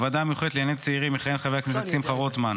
בוועדה המיוחדת לענייני צעירים יכהן חבר הכנסת שמחה רוטמן.